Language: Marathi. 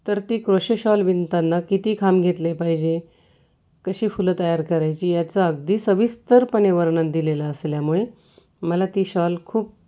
तर ती क्रोशे शॉल विणताना किती खांब घेतले पाहिजे कशी फुलं तयार करायची याचा अगदी सविस्तरपणे वर्णन दिलेलं असल्यामुळे मला ती शॉल खूप